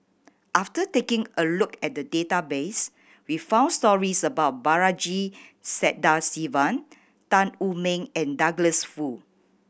after taking a look at the database we found stories about Balaji Sadasivan Tan Wu Meng and Douglas Foo